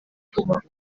kubakwa